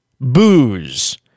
booze